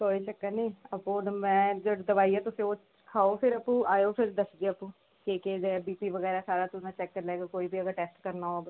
कोई चक्कर नी जेह्ड़ी दवाई ऐ तुस खाओ फिर ते फिर आओ दस्सियै केह् केह् बी पी बगैरा सारा टैस्ट चैक्क करी लैग्गे कोई बी ओह्दा टैस्ट करनां होग ओह् सारा चैक्क करी लैगे